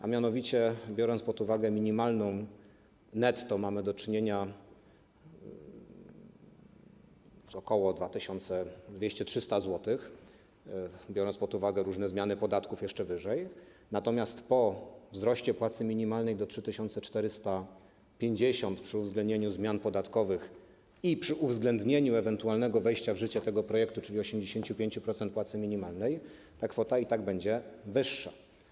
A mianowicie, biorąc pod uwagę minimalną netto, mamy do czynienia z ok. 2200-2300 zł, a jeszcze więcej, biorąc pod uwagę różne zmiany podatków, natomiast po wzroście płacy minimalnej do 3450, przy uwzględnieniu zmian podatkowych i przy uwzględnieniu ewentualnego wejścia w życie tego projektu, czyli 85% płacy minimalnej, ta kwota i tak będzie wyższa.